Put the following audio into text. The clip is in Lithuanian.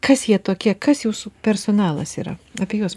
kas jie tokie kas jūsų personalas yra apie juos